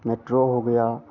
metro हो गया